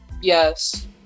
yes